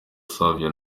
savio